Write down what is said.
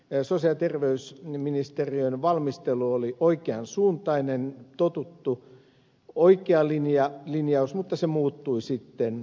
sosiaali ja terveysministeriön valmistelu oli oikean suuntainen totuttu oikea linjaus mutta se muuttui sitten budjettiriihessä